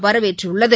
வரவேற்றுள்ளது